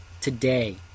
today